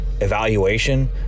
evaluation